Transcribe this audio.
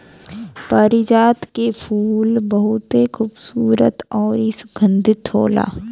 पारिजात के फूल बहुते खुबसूरत अउरी सुगंधित होला